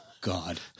God